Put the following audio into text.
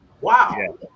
Wow